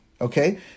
okay